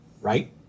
Right